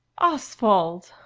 oswald!